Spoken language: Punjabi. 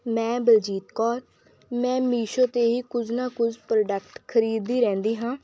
ਮੈਂ ਬਲਜੀਤ ਕੌਰ ਮੈਂ ਮੀਸ਼ੋ 'ਤੇ ਹੀ ਕੁਝ ਨਾ ਕੁਝ ਪ੍ਰੋਡਕਟ ਖਰੀਦਦੀ ਰਹਿੰਦੀ ਹਾਂ